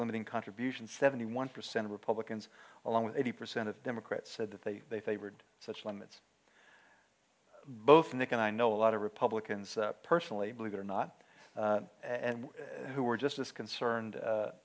limiting contributions seventy one percent of republicans along with eighty percent of democrats said that they they favored such limits both nick and i know a lot of republicans personally believe it or not and who are just as concerned